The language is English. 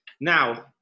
Now